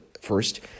first